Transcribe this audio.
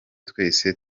twese